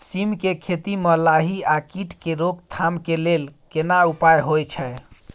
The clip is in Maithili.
सीम के खेती म लाही आ कीट के रोक थाम के लेल केना उपाय होय छै?